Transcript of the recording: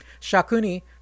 Shakuni